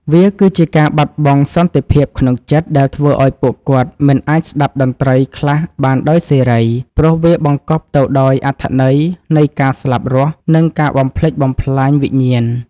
វាគឺជាការបាត់បង់សន្តិភាពក្នុងចិត្ត ដែលធ្វើឱ្យពួកគាត់មិនអាចស្តាប់តន្ត្រីខ្លះបានដោយសេរី ព្រោះវាបង្កប់ទៅដោយអត្ថន័យនៃការស្លាប់រស់ និងការបំផ្លិចបំផ្លាញវិញ្ញាណ។